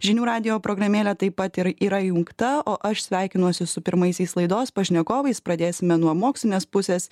žinių radijo programėlė taip pat ir yra įjungta o aš sveikinuosi su pirmaisiais laidos pašnekovais pradėsime nuo mokslinės pusės